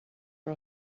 for